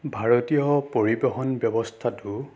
ভাৰতীয় পৰিবহন ব্যৱস্থাটো